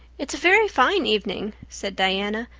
it's a very fine evening, said diana,